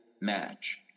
match